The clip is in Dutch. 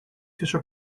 tussen